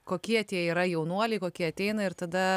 kokie tie yra jaunuoliai kokie ateina ir tada